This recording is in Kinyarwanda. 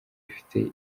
ufite